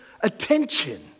attention